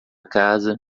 casa